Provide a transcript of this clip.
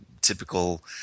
typical –